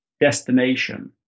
destination